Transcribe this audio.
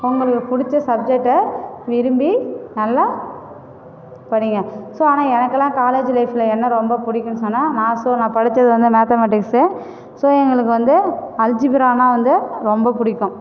உங்களுக்கு பிடிச்ச சப்ஜெக்ட்டை விரும்பி நல்லா படிங்க ஸோ ஆனால் எனக்கெல்லாம் காலேஜ் லைஃப்பில் என்ன ரொம்ப பிடிக்குன்னு சொன்னால் நான் ஸோ நான் படிச்சது வந்து மேத்தமேட்டிக்ஸு ஸோ எங்களுக்கு வந்து அல்ஜிப்ரானா வந்து ரொம்ப பிடிக்கும்